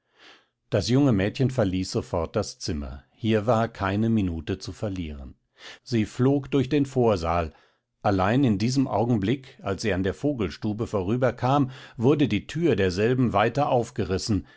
das junge mädchen verließ sofort das zimmer hier war keine minute zu verlieren sie flog durch den vorsaal allein in diesem augenblick als sie an der vogelstube vorüberkam wurde die thür derselben weiter aufgerissen